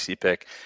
pick